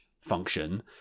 function